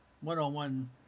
one-on-one